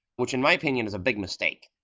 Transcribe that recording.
which in my opinion, is a big mistake.